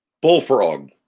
Bullfrog